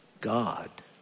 God